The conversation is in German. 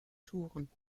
touren